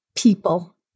people